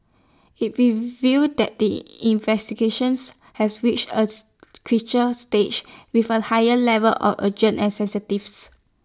IT reveals that the investigations has reached A creature stage with A higher level of urgent and